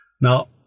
Now